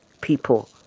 people